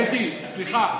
קטי, סליחה.